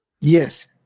Yes